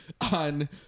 on